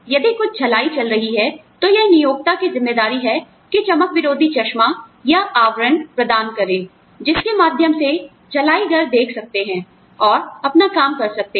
यदि कुछ झलाई चल रही है तो यह नियोक्ता की जिम्मेदारी है कि चमक विरोधी चश्मा या आड़आवरण प्रदान करें आप जानते हैं जिसके माध्यम से झलाईगर देख सकते हैं और अपना काम कर सकते हैं